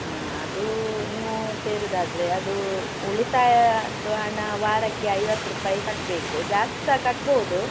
ಅದು ನೀವು ಸೇರೋದಾದ್ರೆ ಅದು ಉಳಿತಾಯದ್ದು ಹಣ ವಾರಕ್ಕೆ ಐವತ್ತು ರೂಪಾಯಿ ಕಟ್ಟಬೇಕು ಜಾಸ್ತಿ ಸಹ ಕಟ್ಬೋದು